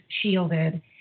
shielded